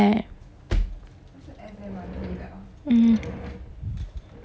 嗯